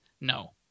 No